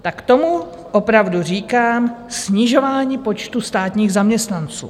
Tak tomu opravdu říkám snižování počtu státních zaměstnanců!